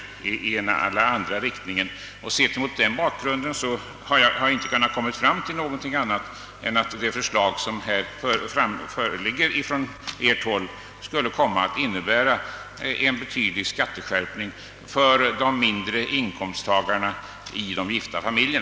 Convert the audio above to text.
Jag har därför inte kunnat komma till annat resultat än att detta "förslag skulle innebära en betydande skatteskärpning för barnfantiljer med låga inkomster.